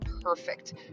perfect